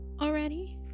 already